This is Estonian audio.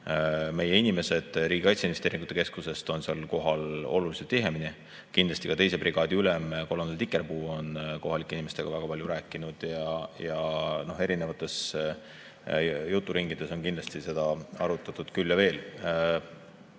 Meie inimesed Riigi Kaitseinvesteeringute Keskusest on seal kohal oluliselt tihemini, kindlasti ka 2. brigaadi ülem kolonel Tikerpuu on kohalike inimestega väga palju rääkinud ja erinevates juturingides on seda arutatud küll ja